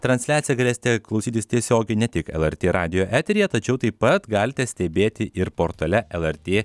transliaciją galėsite klausytis tiesiogiai ne tik lrt radijo eteryje tačiau taip pat galite stebėti ir portale lrt